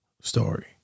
story